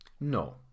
No